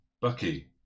Bucky